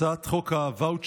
הצעת חוק הוואוצ'רים,